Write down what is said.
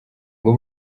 ngo